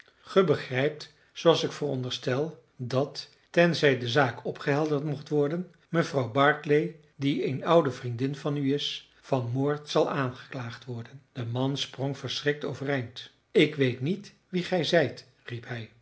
gij begrijpt zooals ik veronderstel dat tenzij de zaak opgehelderd mocht worden mevrouw barclay die een oude vriendin van u is van moord zal aangeklaagd worden de man sprong verschrikt overeind ik weet niet wie gij zijt riep hij